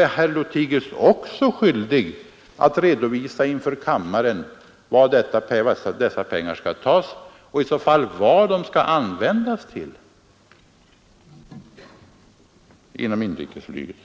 kronor, är herr Lothigius också skyldig att inför kammaren redovisa var dessa pengar skall tas, och i så fall vad de skall användas till inom inrikesflyget.